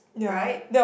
right